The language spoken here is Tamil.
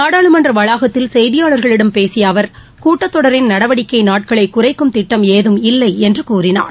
நாடாளுமன்ற வளாகத்தில் செய்தியாளர்களிடம் பேசிய அவர் கூட்டத்தொடரின் நடவடிக்கை நாட்களை குறைக்கும் திட்டம் ஏதும் இல்லை என்று கூழினார்